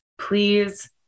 please